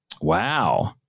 wow